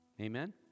amen